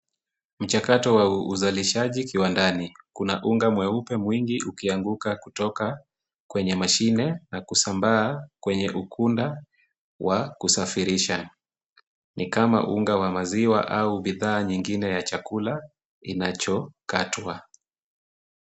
Mchakato wa uzalishaji kiwandani. Kuna unga mweupe mwingi ukianguka kutoka kwenye mashine na kusambaa kwenye ukunda wa kusafirisha. Ni kama unga wa maziwa au bidhaa nyingine ya chakula kinachokatwa.